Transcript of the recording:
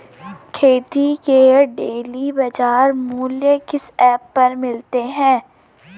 खेती के डेली बाज़ार मूल्य किस ऐप पर मिलते हैं?